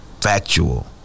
Factual